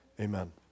amen